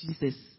Jesus